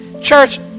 Church